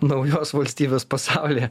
naujos valstybės pasaulyje